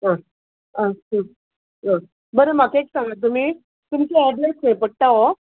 आ आ सु आ बरें म्हाका एक सांगां तुमी तुमचे एड्रॅस खंय पडटा ऑ